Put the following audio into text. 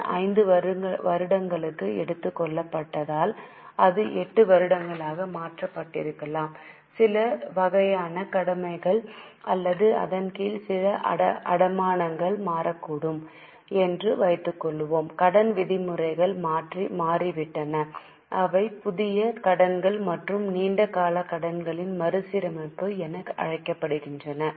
கடன் 5 வருடங்களுக்கு எடுத்துக் கொள்ளப்பட்டால் அது 8 வருடங்களாக மாற்றப்பட்டிருக்கலாம் சில வகையான கடமைகள் அல்லது அதன் கீழ் சில அடமானங்கள் மாறக்கூடும் என்று வைத்துக்கொள்வோம் கடன் விதிமுறைகள் மாறிவிட்டன அவை புதிய கடன்கள் மற்றும் நீண்ட கால கடன்களின் மறுசீரமைப்பு என அழைக்கப்படுகின்றன